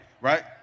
right